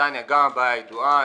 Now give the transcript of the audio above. גם הבעיה ידועה.